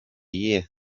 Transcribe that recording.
year